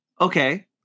Okay